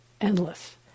endless